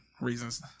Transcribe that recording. reasons